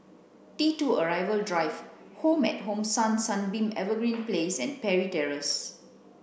T two Arrival Drive Home at Hong San Sunbeam Evergreen Place and Parry Terrace